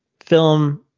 film